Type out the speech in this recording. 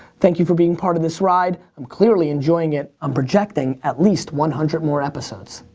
thank you for being part of this ride. i'm clearly enjoying it. i'm projecting at least one hundred more episodes.